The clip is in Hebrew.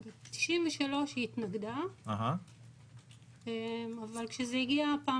ב-93 היא התנגדה אבל כשזה הגיע פעם